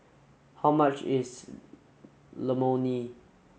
how much is